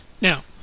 Now